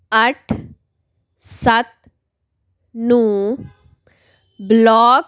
ਅੱਠ ਸੱਤ ਨੂੰ ਬਲੌਕ